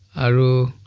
a rule